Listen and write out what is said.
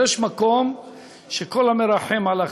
אבל יש מקום שכל המרחם על אכזרים,